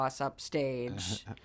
upstage